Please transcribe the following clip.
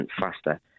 faster